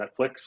Netflix